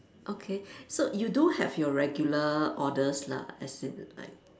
okay so you do have your regular orders lah as in like